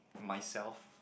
myself